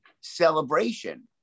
celebration